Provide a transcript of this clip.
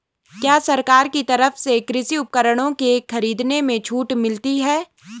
क्या सरकार की तरफ से कृषि उपकरणों के खरीदने में छूट मिलती है?